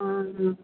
आज जो